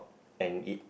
and eat